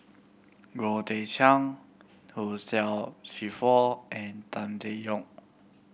Goh Teck Sian Hugh Charles Clifford and Tan Teck Neo